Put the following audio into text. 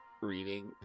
reading